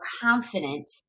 confident